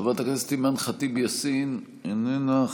חברת הכנסת אימאן ח'טיב יאסין, איננה.